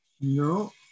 No